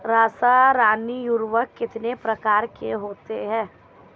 रासायनिक उर्वरक कितने प्रकार के होते हैं?